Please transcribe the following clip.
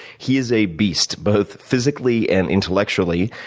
he is a beast, both physically and intellectually.